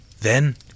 Then